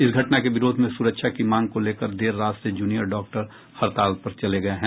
इस घटना के विरोध में सुरक्षा की मांग को लेकर देर रात से जूनियर डॉक्टर हड़ताल पर चले गये हैं